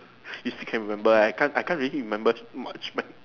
you still can remember eh I can't I can't really remember much man